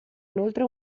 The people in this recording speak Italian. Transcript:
inoltre